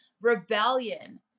rebellion